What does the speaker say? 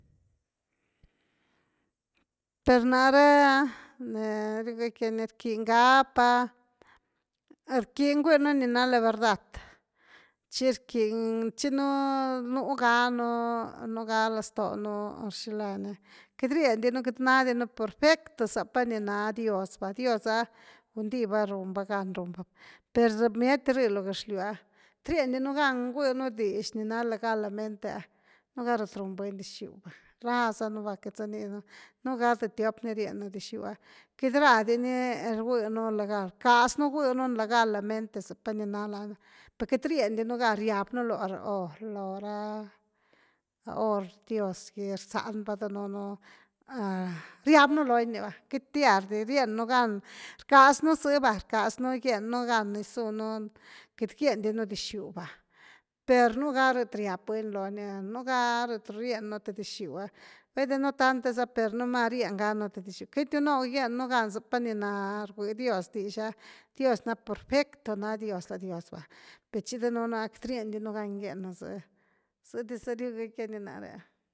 Per nare ah ni riugëckia ni rquiñ gapa rquiñ guiu ni na laverdad chi rquiñ, chi nú ganu núga laztonu, xilani, queity riendinu, queity nadi nú perfecto zapa ni na dios va, dios ah gundiva runva gan run va ni, per za bmiety rh lo gëxlyw ah queity riendi nú gan guiu dix ni na legalmente, nú gal at run buny dixiu va, rázanu va queity za rnidinu, núga th, tiop ni rieñnu dixiu ah, queity radini rguënu legal, rcasnu guïnun legalmente zapa nina lani per quiety riendinu gan riabnu lo, lo ra, lop hir, dios gy rsald va danunu, riab nú loni ni va queity diar di reñnu gan, rcas nú zëva rcasnu gieñnu gan gisunu, queity gieñdi nú duxiu va per núga lat riab buny lo ni, núga lat rieñnu th dixiu’e, baide no tant’e za per rieñganu th dixiu, queitiu nó gieñnu gan zapa ni na, rgui dios dix ah, dios ah perfecto na dios la dios va, per chi danun queity riendi un gan rieñnu zë, sety sa riugëckia ni nare.